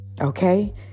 Okay